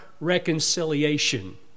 reconciliation